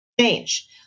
change